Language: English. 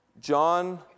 John